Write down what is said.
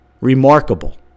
Remarkable